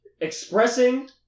Expressing